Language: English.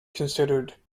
considered